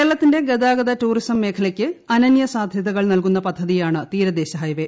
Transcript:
കേരളത്തിന്റെ ഗതാഗത ടൂറിസം മേഖലക്ക് അനന്യസാധ്യതകൾ നൽകുന്ന പദ്ധതിയാണ് തീരദേശഹൈവേ